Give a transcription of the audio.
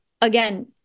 again